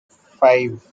five